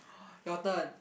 your turn